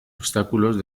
obstáculos